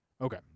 Okay